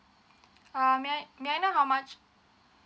um may I may I know how much